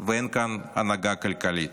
ואין כאן הנהגה כלכלית.